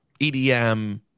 EDM